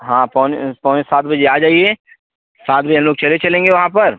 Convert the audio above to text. हाँ पौने पौने सात बजे आ जाइए सात बजे हम लोग चले चलेंगे वहाँ पर